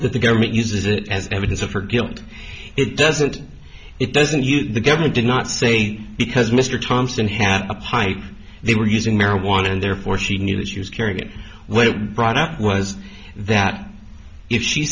that the government uses it as evidence of her guilt it doesn't it doesn't the government did not say because mr thompson had a pipe they were using marijuana and therefore she knew that she was carrying it when it brought up was that if she